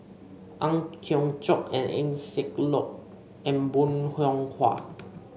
Ang Hiong Chiok and Eng Siak Loy and Bong Hiong Hwa